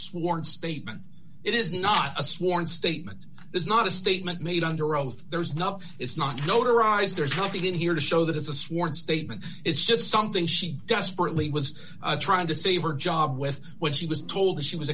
sworn statement it is not a sworn statement is not a statement made under oath there's nothing it's not notarized there's nothing in here to show that it's a sworn statement it's just something she desperately was trying to save her job with when she was told she was